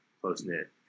close-knit